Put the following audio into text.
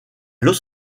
los